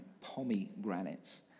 pomegranates